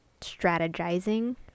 strategizing